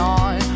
on